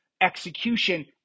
execution